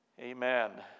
Amen